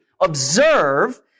observe